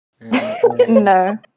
No